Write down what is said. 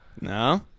No